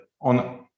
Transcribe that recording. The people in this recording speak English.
on